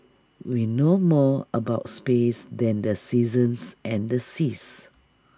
we know more about space than the seasons and the seas